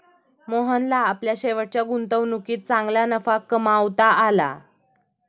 मोहनला आपल्या शेवटच्या गुंतवणुकीत चांगला नफा कमावता आला